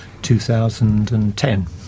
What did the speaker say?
2010